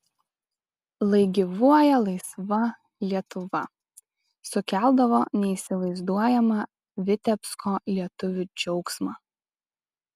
lai gyvuoja laisva lietuva sukeldavo neįsivaizduojamą vitebsko lietuvių džiaugsmą